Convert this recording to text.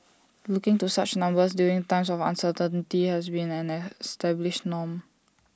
looking to such numbers during times of uncertainty has been an established norm